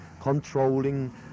controlling